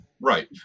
Right